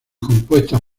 compuestas